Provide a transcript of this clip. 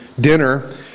dinner